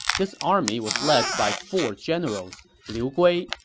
this army was led by four generals liu gui,